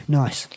nice